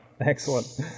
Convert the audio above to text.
excellent